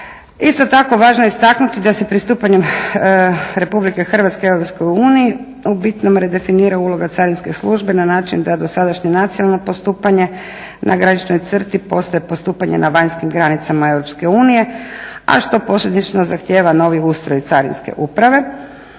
Isto tako važno je istaknuti da se pristupanjem RH EU u bitnom redefinira uloga carinske službe na način da dosadašnje nacionalno postupanje na graničnoj crti postaje postupanje na vanjskim granicama EU a što posljedično zahtjeva novi ustroj carinske uprave.